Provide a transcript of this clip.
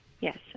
Yes